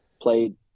played